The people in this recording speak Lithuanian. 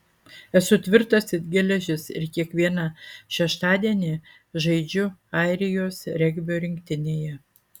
esu tvirtas it geležis ir kiekvieną šeštadienį žaidžiu airijos regbio rinktinėje